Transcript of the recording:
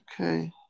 Okay